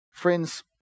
Friends